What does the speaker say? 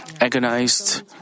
agonized